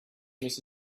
mrs